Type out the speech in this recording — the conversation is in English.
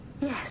Yes